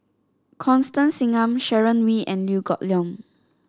Constance Singam Sharon Wee and Liew Geok Leong